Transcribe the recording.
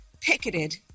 picketed